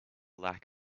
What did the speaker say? lack